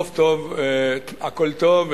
סוף טוב הכול טוב,